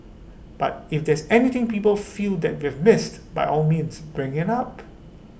but if there's anything people feel that is missed by all means bring IT up